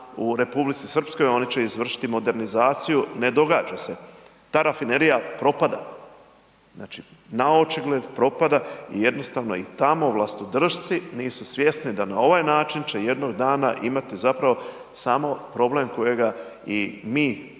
u Republici Srpskoj oni će izvršiti modernizaciju, ne događa se, ta rafinerija propada, znači, naočigled propada i jednostavno i tamo vlastodršci nisu svjesni da na ovaj način će jednog dana imati zapravo samo problem kojega i mi sa